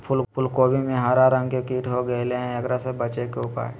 फूल कोबी में हरा रंग के कीट हो गेलै हैं, एकरा से बचे के उपाय?